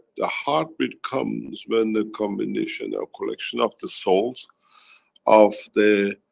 the heartbeat comes when the combination of collection of the souls of the,